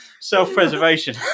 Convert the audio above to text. Self-preservation